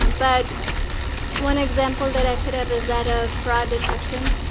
but one example that i put up is that of fraud detection.